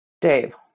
Dave